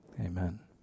Amen